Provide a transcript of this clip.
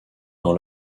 dans